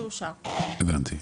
שאושר, הבנתי.